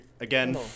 Again